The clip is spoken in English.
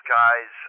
guys